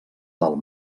del